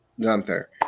Gunther